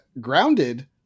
Grounded